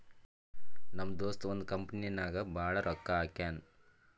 ನಮ್ ದೋಸ್ತ ಒಂದ್ ಕಂಪನಿ ನಾಗ್ ಭಾಳ್ ರೊಕ್ಕಾ ಹಾಕ್ಯಾನ್